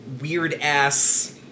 weird-ass